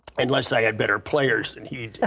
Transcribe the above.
unless i had better players than he